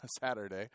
Saturday